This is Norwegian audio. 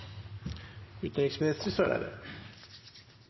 utenriksminister,